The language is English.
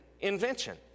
invention